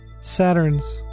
Saturn's